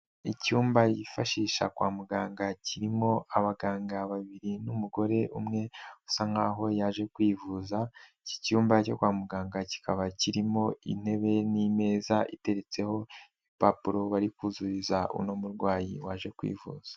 Icyumba bifashisha kwa muganga kirimo abaganga babiri n'umugore umwe usa nk'aho yaje kwivuza, iki cyumba cyo kwa muganga kikaba kirimo intebe n'ameza iteretseho impapuro bari kuzurizaho uno murwayi waje kwivuza.